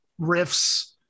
riffs